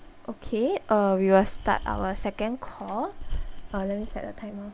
okay uh we will start our second call uh let me set the timer